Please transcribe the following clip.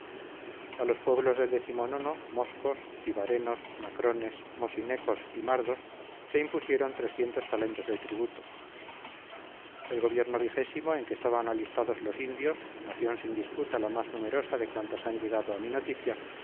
a los pueblos del decimonono moscos tibarenos macrones mosinecos y mardos se impusieron talentos de tributo el gobierno vigésimo en que están alistados los indios nación sin disputa la más numerosa de cuantas han llegado a mi noticia